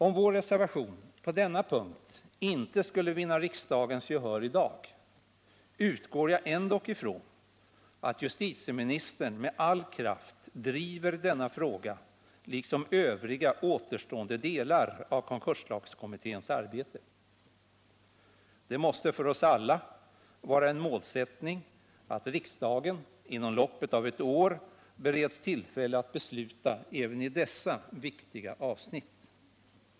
Om vår reservation på denna punkt inte skulle vinna riksdagens gehör i dag, utgår jag ändock ifrån att justitieministern med all kraft driver denna fråga liksom övriga återstående delar av konkurslagskommitténs arbete. Det måste för oss alla vara en målsättning att riksdagen inom loppet av ett år bereds tillfälle att besluta även i dessa viktiga avsnitt.